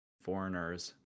foreigners